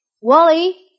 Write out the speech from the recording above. Wally